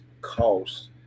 cost